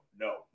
no